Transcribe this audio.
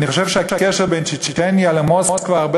אני חושב שהקשר בין צ'צ'ניה למוסקבה הרבה